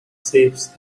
shapes